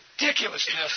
ridiculousness